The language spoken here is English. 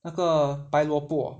那个白萝卜